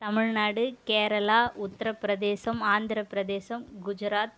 Tamil Nadu Kerala Uttar Pradesh Andhra Pradesh Gujarat